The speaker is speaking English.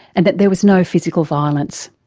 and that there was no physical violence.